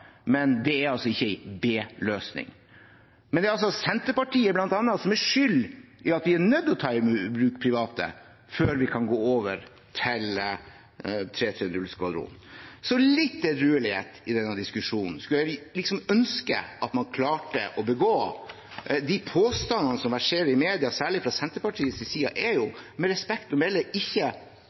Men det er ikke en b-løsning. Senterpartiet, bl.a., er skyld i at vi er nødt til å ta i bruk private før vi kan gå over til 330-skvadronen. Så litt edruelighet i denne diskusjonen skulle jeg ønske at man klarte å ha. De påstandene som verserer i media, særlig fra Senterpartiets side, er med respekt å melde ikke